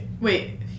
Wait